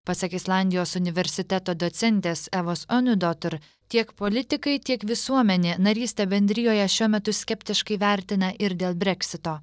pasak islandijos universiteto docentės evos eniudoter tiek politikai tiek visuomenė narystę bendrijoje šiuo metu skeptiškai vertina ir dėl brexito